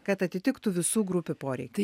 kad atitiktų visų grupių poreikius